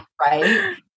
right